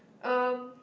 um